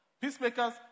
Peacemakers